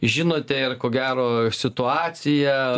žinote ir ko gero situaciją